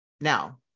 Now